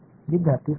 மாணவர் திரும்ப சொல்